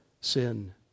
sin